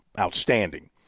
outstanding